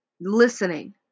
Listening